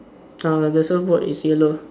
uh the surfboard is yellow